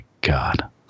God